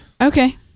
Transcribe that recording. Okay